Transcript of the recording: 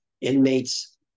inmates